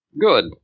good